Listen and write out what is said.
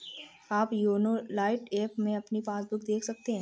आप YONO lite app में अपनी पासबुक देख सकते हैं